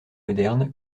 moderne